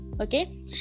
okay